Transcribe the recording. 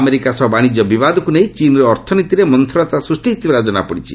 America ସହ ବାଣିଜ୍ୟ ବିବାଦକୁ ନେଇ ଚୀନ୍ର ଅର୍ଥନୀତିରେ ମନ୍ଥରତା ସୃଷ୍ଟି ହୋଇଥିବାର ଜଣାପଡ଼ିଛି